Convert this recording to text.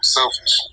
selfish